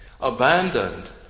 Abandoned